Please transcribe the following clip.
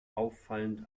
auffallend